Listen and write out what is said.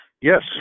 Yes